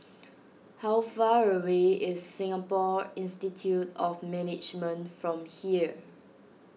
how far away is Singapore Institute of Management from here